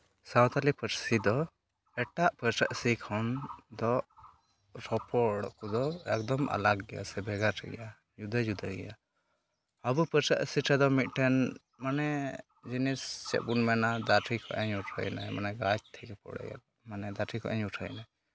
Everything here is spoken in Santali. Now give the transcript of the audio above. ᱥᱟᱱᱛᱟᱲᱤ ᱯᱟᱹᱨᱥᱤ ᱫᱚ ᱮᱴᱟᱜ ᱯᱟᱹᱨᱥᱤ ᱠᱷᱚᱱ ᱫᱚ ᱨᱚᱯᱚᱲ ᱠᱚᱫᱚ ᱮᱠᱫᱚᱢ ᱟᱞᱟᱜᱽ ᱜᱮᱭᱟ ᱥᱮ ᱵᱷᱮᱜᱟᱨ ᱜᱮᱭᱟ ᱡᱩᱫᱟᱹ ᱡᱩᱫᱟᱹ ᱜᱮᱭᱟ ᱟᱵᱚ ᱯᱟᱹᱨᱥᱤ ᱨᱮᱫᱚ ᱢᱤᱫᱴᱮᱱ ᱢᱟᱱᱮ ᱡᱤᱱᱤᱥ ᱪᱮᱫ ᱵᱚᱱ ᱢᱮᱱᱟ ᱫᱟᱨᱮ ᱠᱷᱚᱱ ᱮᱭ ᱧᱩᱨᱦᱟᱹᱭᱮᱱᱟᱭ ᱢᱟᱱᱮ ᱜᱟᱪᱷ ᱛᱷᱮᱠᱮ ᱯᱚᱲᱮ ᱜᱮᱞᱚ ᱢᱟᱱᱮ ᱫᱟᱨᱮ ᱠᱷᱚᱱ ᱮᱭ ᱧᱩᱨᱦᱟᱹᱭᱮᱱᱟᱭ